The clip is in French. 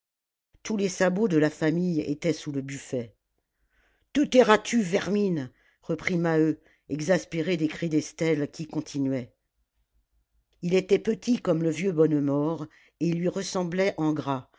tous les sabots de la famille étaient sous le buffet te tairas-tu vermine reprit maheu exaspéré des cris d'estelle qui continuaient il était petit comme le vieux bonnemort et il lui ressemblait en gras